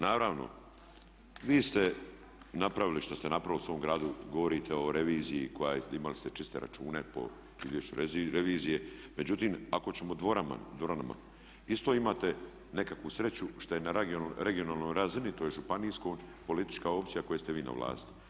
Naravno vi ste napravili što ste napravili u svom gradu, govorite o reviziji, imali ste čiste račune po izvješću revizije, međutim ako ćemo o dvoranama isto imate nekakvu sreću što je na regionalnoj razini tj. županijskoj politička opcija u kojoj ste vi na vlasti.